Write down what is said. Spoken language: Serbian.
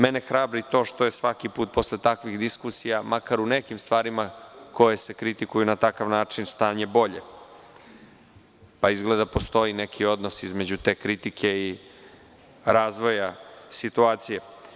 Mene hrabri to što je svaki put posle takvih diskusija, makar u nekim stvarima koje se kritikuju na takav način stanje bolje, pa izgleda postoji neki odnos između te kritike, razvoja situacije.